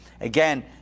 Again